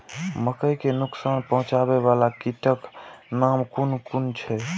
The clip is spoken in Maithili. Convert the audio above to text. मके के नुकसान पहुँचावे वाला कीटक नाम कुन कुन छै?